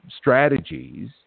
strategies